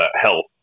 health